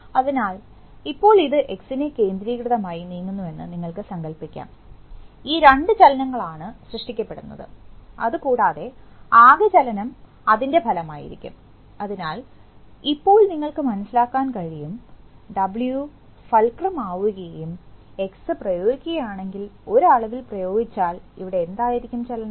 അതിനാൽ ഇപ്പോൾ ഇത് എക്സിനെ കേന്ദ്രീകൃതമായി നീങ്ങുന്നുവെന്ന് നിങ്ങൾക്ക് സങ്കൽപ്പിക്കാം ഈ രണ്ട് ചലനങ്ങളാണ് ആണ് സൃഷ്ടിക്കപ്പെടുന്നത് അത് കൂടാതെ ആകെ ചലനം അതിന്റെ ഫലമായിരിക്കും അതിനാൽ ഇപ്പോൾ നിങ്ങൾക്ക് മനസിലാക്കാൻ കഴിയും ഡബ്ലിയു ഫൾക്രം ആവുകയും എക്സ് പ്രയോഗിക്കുകയാണെങ്കിൽ ഒരു അളവിൽ പ്രയോഗിച്ചാൽ ഇവിടെ എന്തായിരിക്കും ചലനം